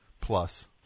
plus